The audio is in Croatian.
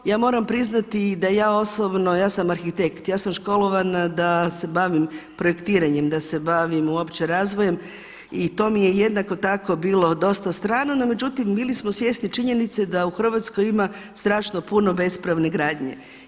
Ja moram priznati da ja osobno, ja sam arhitekt, ja sam školovana da se bavim projektiranjem, da se uopće razvojem i to mi je jednako bilo dosta strano, no međutim bili smo svjesni činjenice da u Hrvatskoj ima strašno puno bespravne gradnje.